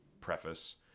preface